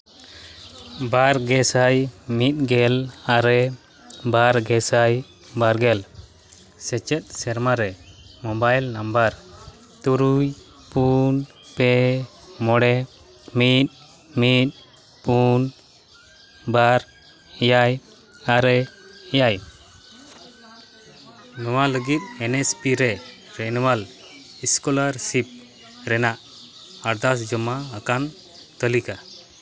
ᱵᱟᱨ ᱜᱮ ᱥᱟᱭ ᱢᱤᱫ ᱜᱮᱞ ᱟᱨᱮ ᱵᱟᱨ ᱜᱮ ᱥᱟᱭ ᱵᱟᱨ ᱜᱮᱞ ᱥᱮᱪᱮᱫ ᱥᱮᱨᱢᱟ ᱨᱮ ᱢᱳᱵᱟᱭᱤᱞ ᱱᱟᱢᱵᱟᱨ ᱛᱩᱨᱩᱭ ᱯᱩᱱ ᱯᱮ ᱢᱚᱬᱮ ᱢᱤᱫ ᱢᱤᱫ ᱯᱩᱱ ᱵᱟᱨ ᱮᱭᱟᱭ ᱟᱨᱮ ᱮᱭᱟᱭ ᱱᱚᱣᱟ ᱞᱟᱹᱜᱤᱫ ᱮᱱ ᱮᱥ ᱯᱤ ᱨᱮ ᱨᱮᱱᱩᱣᱟᱞ ᱮᱥᱠᱚᱞᱟᱨᱥᱤᱯ ᱨᱮᱱᱟᱜ ᱟᱨᱫᱟᱥ ᱡᱚᱢᱟ ᱟᱠᱟᱱ ᱛᱟᱹᱞᱤᱠᱟ